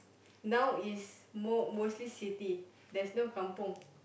now is most mostly city there's no kampung